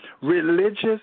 Religious